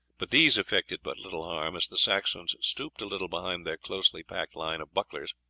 but these effected but little harm, as the saxons stooped a little behind their closely packed line of bucklers,